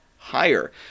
higher